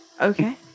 Okay